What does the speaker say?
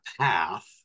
path